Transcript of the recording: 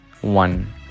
one